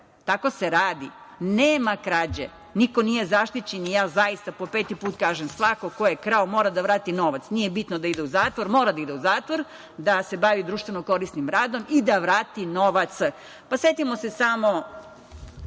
evra. Tako se radi. Nema krađe. Niko nije zaštićen i ja zaista po peti put kažem - svako ko je krao, mora da vrati novac, nije bitno da ide u zatvor, mora da ide u zatvor, da se bavi društveno korisnim radom i da vrati novac. Setimo se samo